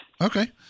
Okay